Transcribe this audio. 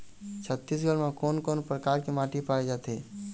छत्तीसगढ़ म कोन कौन प्रकार के माटी पाए जाथे?